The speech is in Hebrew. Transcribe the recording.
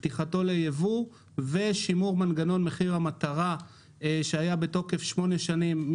פתיחתו לייבוא ושימור מנגנון מחיר המטרה שהיה בתוקף במשך שמונה שנים,